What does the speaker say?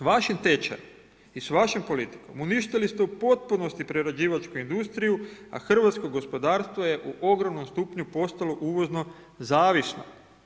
S vašim tečajem i s vašom politikom uništili ste u potpunosti prerađivačku industriju, a hrvatsko gospodarstvo je u ogromnom stupnju postalo uvozno zavisno.